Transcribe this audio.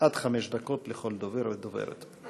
עד חמש דקות לכל דובר ודוברת.